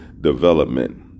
development